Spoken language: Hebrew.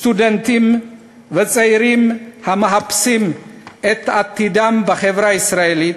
סטודנטים וצעירים המחפשים את עתידם בחברה הישראלית,